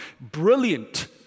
Brilliant